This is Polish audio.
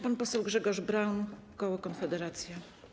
Pan poseł Grzegorz Braun, koło Konfederacja.